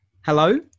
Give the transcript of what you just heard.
hello